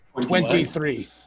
Twenty-three